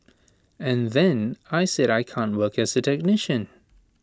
and then I said I can't work as A technician